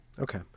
okay